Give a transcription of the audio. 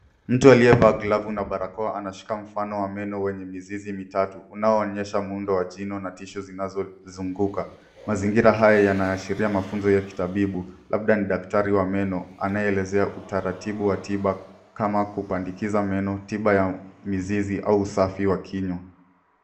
Mtu aliyevaa glavu na barakoa anashika mfano wa meno wenye mizizi mitatu unaoonyesha muundo wa jino na tissue zinazozunguka. Mazingira haya yanaashiria mafunzo ya kitabibu, labda ni daktari wa meno anayeelezea utaratibu wa tiba kama kupandikiza meno, tiba ya mizizi au usafi wa kinywa.